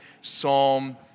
Psalm